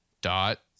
dot